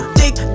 dig